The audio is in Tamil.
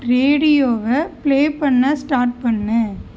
ரேடியோவை பிளே பண்ண ஸ்டார்ட் பண்ணு